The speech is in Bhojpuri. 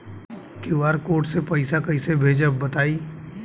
क्यू.आर कोड से पईसा कईसे भेजब बताई?